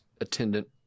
attendant